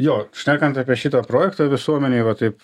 jo šnekant apie šitą projektą visuomenei va taip